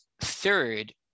third